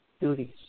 duties